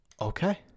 okay